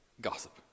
Gossip